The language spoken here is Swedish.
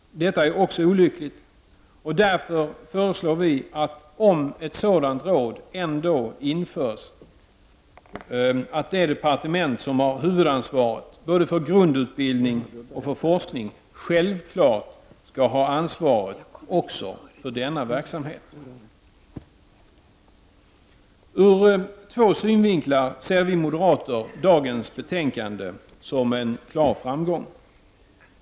Detta är också olyckligt. Därför föreslår vi, att om ett sådant råd ändå införs, så skall det departement som har huvudansvaret både för grundutbildning och forskning självfallet ha ansvaret också för denna verksamhet. Ur två synvinklar ser vi moderater dagens betänkande som en klar framgång.